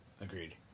Agreed